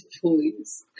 Please